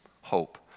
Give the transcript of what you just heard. hope